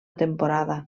temporada